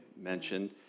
mentioned